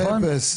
נכון.